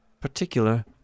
particular